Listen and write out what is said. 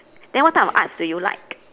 then what type of arts do you like